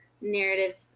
narrative